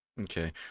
okay